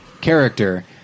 character